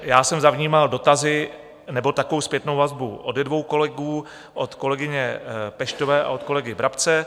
Já jsem zavnímal dotazy nebo takovou zpětnou vazbu od dvou kolegů, od kolegyně Peštové a od kolegy Brabce.